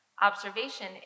Observation